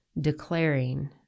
declaring